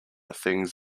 things